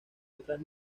otras